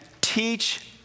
teach